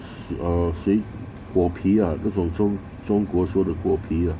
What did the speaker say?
you are saying 果啤啊那种中中国说的果啤啊